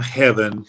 heaven